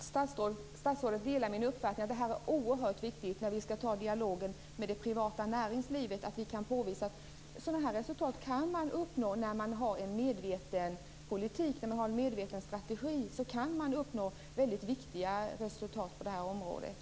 Fru talman! Delar statsrådet min uppfattning att det när vi skall ta dialogen med det privata näringslivet är oerhört viktigt att kunna påvisa att det går att uppnå sådana här resultat när man har en medveten politik, när man driver en medveten strategi?